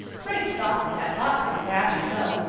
frank stockley had lots more dash and go,